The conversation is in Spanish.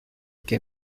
que